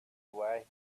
away